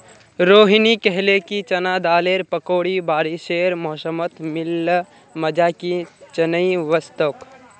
रोहिनी कहले कि चना दालेर पकौड़ी बारिशेर मौसमत मिल ल मजा कि चनई वस तोक